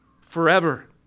forever